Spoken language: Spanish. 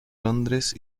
londres